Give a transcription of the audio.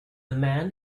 man